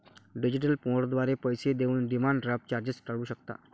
digital मोडद्वारे पैसे देऊन डिमांड ड्राफ्ट चार्जेस टाळू शकता